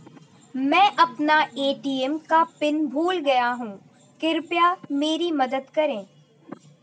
मैं अपना ए.टी.एम का पिन भूल गया हूं, कृपया मेरी मदद करें